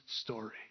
story